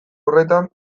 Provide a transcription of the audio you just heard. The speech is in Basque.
horretan